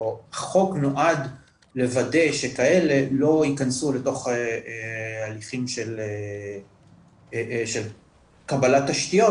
החוק נועד לוודא שכאלה לא ייכנסו לתוך הליכים של קבלת תשתיות,